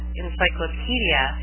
encyclopedia